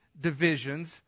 divisions